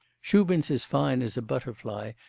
shubin's as fine as a butterfly,